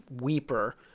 Weeper